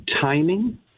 timing